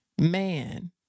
man